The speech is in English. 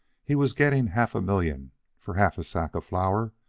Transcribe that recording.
he was getting half a million for half a sack of flour,